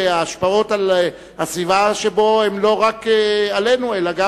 וההשפעות על הסביבה הן לא רק עלינו אלא גם